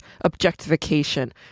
objectification